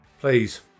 please